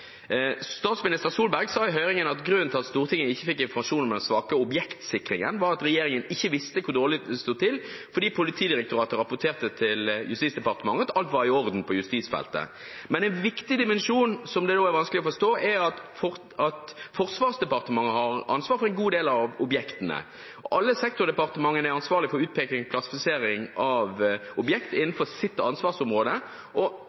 Statsminister Solberg sa i høringen at grunnen til at Stortinget ikke fikk informasjon om den svake objektsikringen, var at regjeringen ikke visste hvor dårlig det stod til, fordi Politidirektoratet rapporterte til Justisdepartementet at alt var i orden på justisfeltet. Men en viktig dimensjon som det også er vanskelig å forstå, er at Forsvarsdepartementet har ansvar for en god del av objektene. Alle sektordepartementene er ansvarlige for utpeking og klassifisering av objekter innenfor sitt ansvarsområde, og